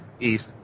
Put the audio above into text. east